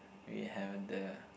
we have the